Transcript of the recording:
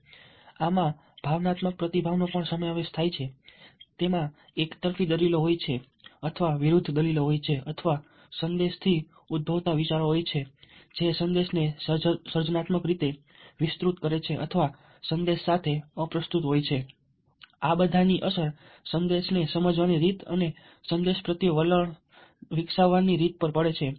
જ્ઞાનાત્મક પ્રતિભાવ માં ભાવનાત્મક પ્રતિભાવ નો પણ સમાવેશ થાય છે તેમાં એક તરફી દલીલો હોય છે અથવા વિરુદ્ધ દલીલો હોય છે અથવા સંદેશથી ઉદ્ભવતા વિચારો હોય છે જે સંદેશને સર્જનાત્મક રીતે વિસ્તૃત કરે છે અથવા સંદેશ સાથે અપ્રસ્તુત હોય છે આ બધાની અસર સંદેશને સમજવાની રીત અને સંદેશ પ્રત્યે વલણ વિકસાવવાની રીત પર પડે છે